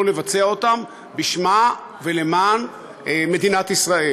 לבצע אותם בשמה ולמען מדינת ישראל.